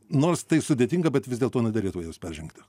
nors tai sudėtinga bet vis dėlto nederėtų jos peržengti